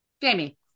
Jamie